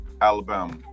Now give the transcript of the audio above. Alabama